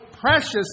precious